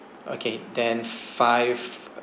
okay then five